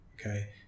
okay